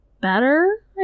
better